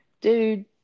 Dude